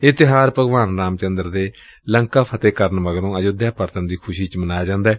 ਇਹ ਤਿਉਹਾਰ ਭਗਵਾਨ ਰਾਮ ਚੰਦਰ ਦੇ ਲੰਕਾ ਫਤਿਹ ਕਰਨ ਮਗਰੋਂ ਆਯੁੱਧਿਆ ਪਰਤਣ ਦੀ ਖੁਸ਼ੀ ਚ ਮਨਾਇਆ ਜਾਂਦੈ